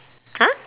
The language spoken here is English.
!huh!